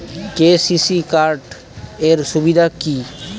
KCC card এর সুবিধা কি?